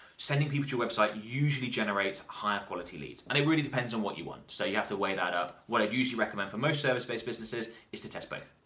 sending people your website usually generates higher quality leads. and it really depends on what you want. so you have to weigh that up. what i usually recommend for most service based businesses is to test both.